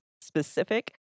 specific